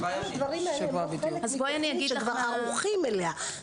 אז למה כל הדברים האלה הם לא חלק מתוכנית שכבר ערוכים אליה?